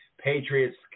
Patriots